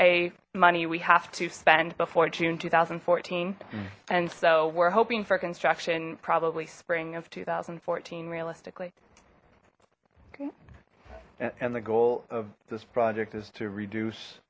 a money we have to spend before june two thousand and fourteen and so we're hoping for construction probably spring of two thousand and fourteen realistically and the goal of this project is to reduce